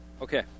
Okay